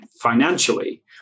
financially